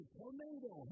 tornado